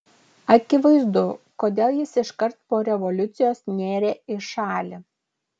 akivaizdu kodėl jis iškart po revoliucijos nėrė į šalį